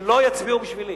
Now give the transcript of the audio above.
שלא יצביעו בשבילי.